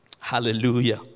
Hallelujah